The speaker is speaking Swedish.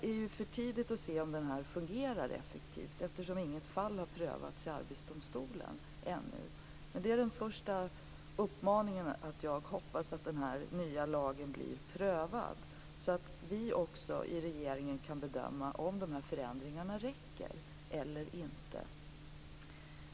Det är för tidigt att säga om den här ordningen fungerar effektivt, eftersom ännu inget fall har prövats i Arbetsdomstolen. Jag hoppas att den här nya lagbestämmelsen snart skall bli prövad, så att vi i regeringen kan bedöma om den här förändringen räcker eller inte.